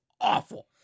awful